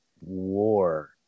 war